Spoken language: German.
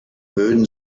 böden